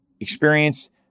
Experience